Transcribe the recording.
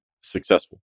successful